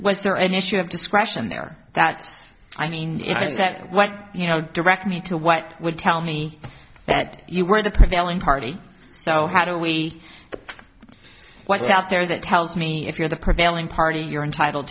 was there an issue of discretion there that's i mean is that what you know direct me to what would tell me that you were the prevailing party so how do we what's out there that tells me if you're the prevailing party you're entitled